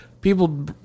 people